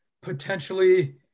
potentially